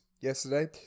yesterday